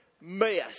mess